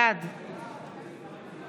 בעד